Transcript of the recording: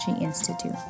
Institute